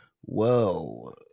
Whoa